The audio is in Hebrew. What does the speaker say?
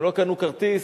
הם לא קנו כרטיס.